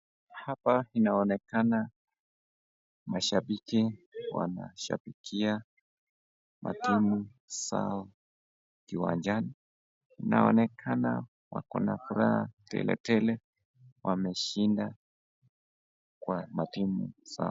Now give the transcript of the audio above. Hapa inaonekana mashabiki wanashabikia matimu zao kiwanjani. Inaonekana wako na furaha teletele wameshinda kwa matimu zao.